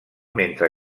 mentre